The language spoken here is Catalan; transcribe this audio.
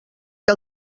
que